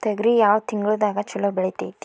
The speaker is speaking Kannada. ತೊಗರಿ ಯಾವ ತಿಂಗಳದಾಗ ಛಲೋ ಬೆಳಿತೈತಿ?